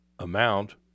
amount